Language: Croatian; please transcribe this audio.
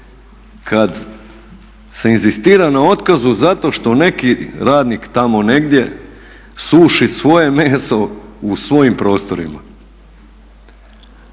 kada se inzistira na otkazu zato što neki radnik tamo negdje suši svoje meso u svojim prostorima.